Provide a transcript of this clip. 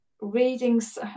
readings